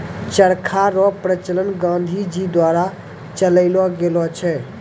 चरखा रो प्रचलन गाँधी जी द्वारा चलैलो गेलो छै